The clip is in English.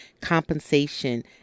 compensation